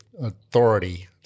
Authority